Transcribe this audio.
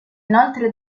inoltre